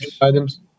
items